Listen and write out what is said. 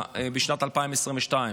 בשנת 2022,